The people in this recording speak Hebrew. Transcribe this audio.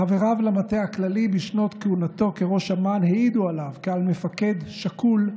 חבריו למטה הכללי בשנות כהונתו כראש אמ"ן העידו עליו שהוא מפקד שקול,